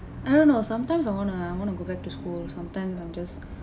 I don't know sometimes I wanna I wanna go back to school sometimes I'm just